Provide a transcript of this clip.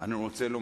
אני מדבר